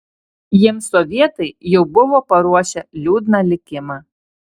jiems sovietai jau buvo paruošę liūdną likimą